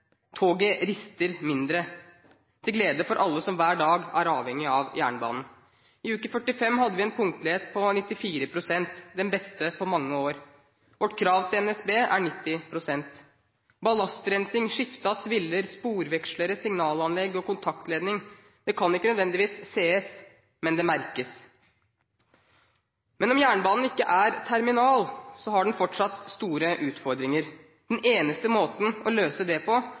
Toget rister mindre, til glede for alle som hver dag er avhengig av jernbanen. I uke 45 hadde vi en punktlighet på 94 pst. Det var den beste på mange år. Vårt krav til NSB er 90 pst. Ballastrensing, skifte av sviller, sporvekslere, signalanlegg og kontaktledning kan ikke nødvendigvis ses, men det merkes. Men om jernbanen ikke er terminal, har den fortsatt store utfordringer. Den eneste måten å løse det på